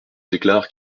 déclare